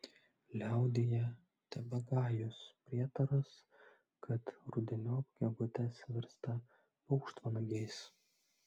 liaudyje tebegajus prietaras kad rudeniop gegutės virsta paukštvanagiais